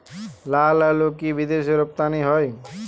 লালআলু কি বিদেশে রপ্তানি হয়?